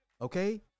Okay